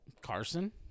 Carson